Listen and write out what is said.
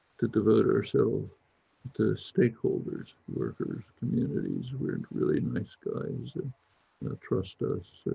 to devote ourselves to stakeholders, workers, communities. we're really nice guys and trust us.